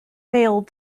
failed